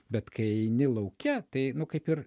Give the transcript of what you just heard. bet kai eini lauke tai nu kaip ir